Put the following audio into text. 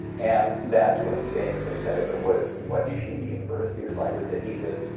and that's what he famously said but was what yeshiva university was like, was that he just,